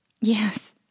Yes